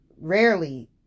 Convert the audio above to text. rarely